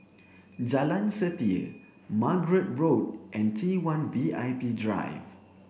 Jalan Setia Margate Road and T one V I P Drive